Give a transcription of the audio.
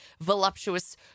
voluptuous